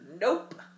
Nope